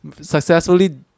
Successfully